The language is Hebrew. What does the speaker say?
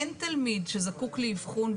אין תלמיד שזקוק לאבחון,